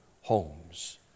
homes